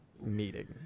meeting